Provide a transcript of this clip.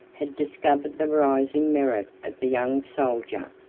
had discovered the rising merit of the young soldier,